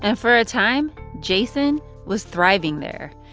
ah for a time, jason was thriving there.